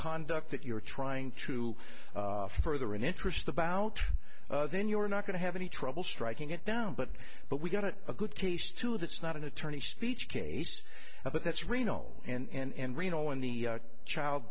conduct that you're trying through further an interest about then you are not going to have any trouble striking it down but but we got a good case to that's not an attorney speech case but that's reno and reno and the child